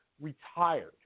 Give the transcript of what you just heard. retired